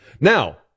Now